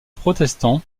protestant